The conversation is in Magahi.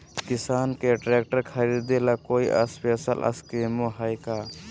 किसान के ट्रैक्टर खरीदे ला कोई स्पेशल स्कीमो हइ का?